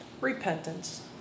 Repentance